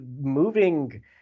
moving